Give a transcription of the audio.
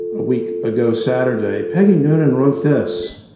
a week ago saturday, peggy noonan wrote this